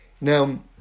Now